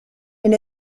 and